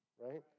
right